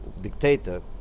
dictator